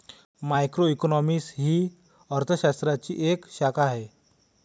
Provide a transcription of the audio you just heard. macroeconomics ही अर्थ शास्त्राची एक शाखा आहे